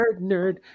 nerd